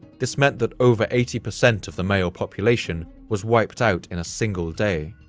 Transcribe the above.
this meant that over eighty percent of the male population was wiped out in a single day.